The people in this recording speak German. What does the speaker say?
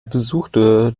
besuchte